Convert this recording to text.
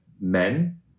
men